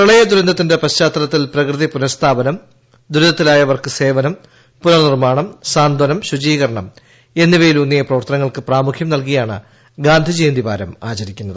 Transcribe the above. പ്രളയദൂരന്തത്തിന്റെ പശ്ചാത്തലത്തിൽ പ്രകൃതി പുനസ്ഥാപനം ദുരിതത്തിലായവർക്ക് സേവനം പുനർനിർമാണം സാന്ത്വനം ശുചീകരണം എന്നിവയിലൂന്നിയ പ്രവർത്തനങ്ങൾക്ക് പ്രാമുഖ്യം നൽകിയാണ് ഗാന്ധിജയന്തി വാരം ആചരിക്കുന്നത്